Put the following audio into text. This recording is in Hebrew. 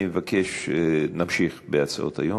אני מבקש, נמשיך בהצעות לסדר-היום.